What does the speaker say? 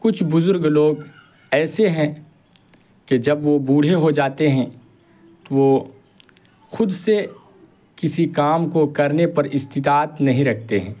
کچھ بزرگ لوگ ایسے ہیں کہ جب وہ بوڑھے ہو جاتے ہیں تو وہ خود سے کسی کام کو کرنے پر استطاعت نہیں رکھتے ہیں